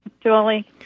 Julie